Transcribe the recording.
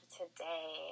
today